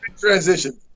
transition